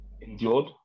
endured